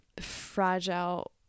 fragile